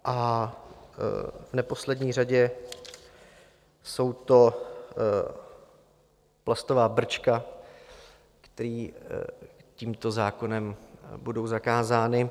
A v neposlední řadě jsou to plastová brčka, která tímto zákonem budou zakázána.